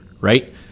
right